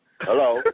Hello